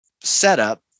setup